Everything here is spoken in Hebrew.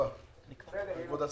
תודה רבה.